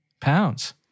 Pounds